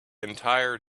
entire